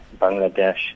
bangladesh